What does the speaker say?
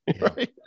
Right